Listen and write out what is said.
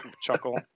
chuckle